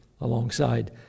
alongside